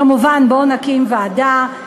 כמובן: בואו נקים ועדה.